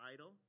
Idol